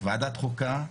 ועדת חוקה: